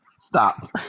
Stop